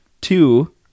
Two